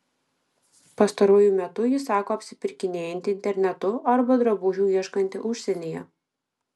pastaruoju metu ji sako apsipirkinėjanti internetu arba drabužių ieškanti užsienyje